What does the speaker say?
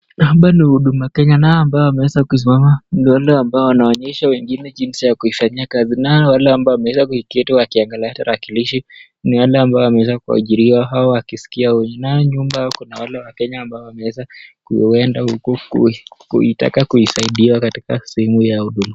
Hapa ni huduma Kenya , nao ambao wameweza kusimama ni wale ambao wanaonyesha wengine jinsi ya kuifanyia kazi. Nao ambao wameweza kuiketi wakiangalia tarakilishi ni wale ambao wameweza kuajiriwa au wakiwasikia watu. Nao nyuma kuna wale wakenya ambao wameweza kuenda huku kuitaka kuisaidiwa sehemu ya huduma.